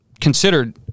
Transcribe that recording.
considered